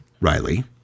Riley